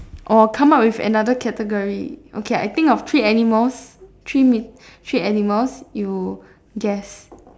or come out with another category okay I think of three animals three meet three animals you guess